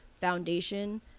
foundation